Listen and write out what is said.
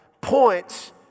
points